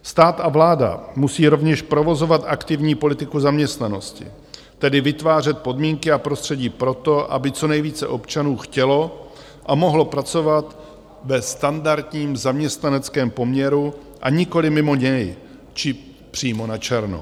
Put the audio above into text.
Stát a vláda musí rovněž provozovat aktivní politiku zaměstnanosti, tedy vytvářet podmínky a prostředí pro to, aby co nejvíce občanů chtělo a mohlo pracovat ve standardním zaměstnaneckém poměru, a nikoliv mimo něj, či přímo načerno.